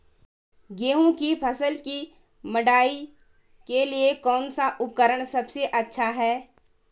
गेहूँ की फसल की मड़ाई के लिए कौन सा उपकरण सबसे अच्छा है?